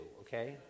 okay